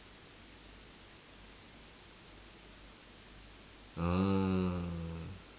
ah